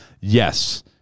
yes